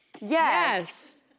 Yes